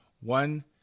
One